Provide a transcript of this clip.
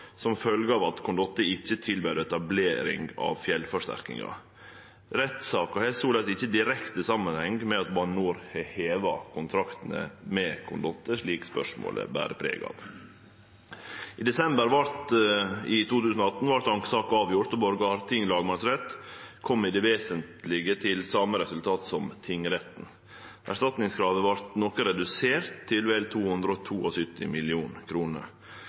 som følgje av at Condotte ikkje tilbaud etablering av fjellforsterkingar. Rettssaka har såleis ikkje direkte samanheng med at Bane NOR har heva kontrakten med Condotte, slik spørsmålet ber preg av. I desember 2018 vart ankesaka avgjord, og Borgarting lagmannsrett kom i det vesentlege til same resultat som tingretten. Erstatningskravet vart noko redusert, til vel 272 mill. kr. Bane NOR gjer no ei grundig vurdering av dommen og